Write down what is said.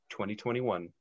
2021